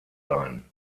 sein